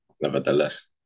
nevertheless